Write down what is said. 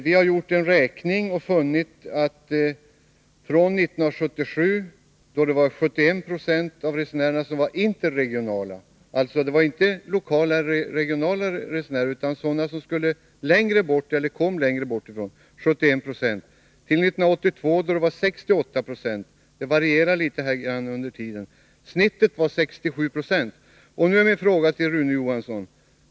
Vi har vid en räkning funnit att 71 20 av resenärerna 1977 var interregionala resenärer, alltså inte lokala eller regionala resenärer utan människor som skulle åka längre bort eller kom från en plats längre bortifrån. 1982 var antalet interregionala resenärer 68 20.